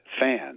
fans